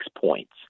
points